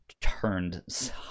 turned